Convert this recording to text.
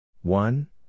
One